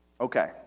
Okay